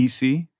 EC